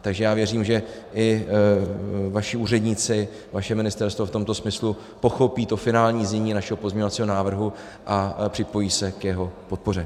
Takže já věřím, že i vaši úředníci, vaše ministerstvo v tomto smyslu pochopí to finální znění našeho pozměňovacího návrhu a připojí se k jeho podpoře.